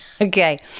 Okay